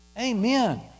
Amen